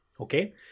okay